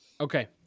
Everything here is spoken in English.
Okay